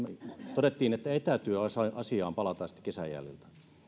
todettiin että etätyöasiaan palataan sitten kesän jäljiltä